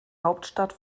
hauptstadt